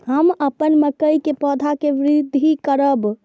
हम अपन मकई के पौधा के वृद्धि करब?